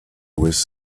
with